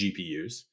GPUs